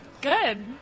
Good